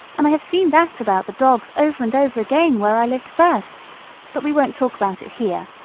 and i've seen that about the dogs over and over again where i lived first but we won't talk about it here.